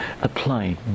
apply